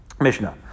Mishnah